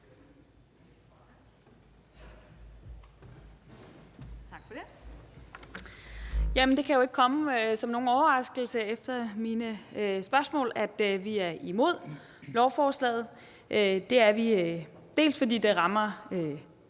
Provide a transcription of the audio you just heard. Tak for det,